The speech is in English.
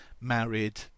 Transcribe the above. married